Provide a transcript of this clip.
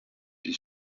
die